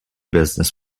business